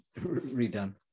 redone